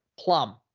Plum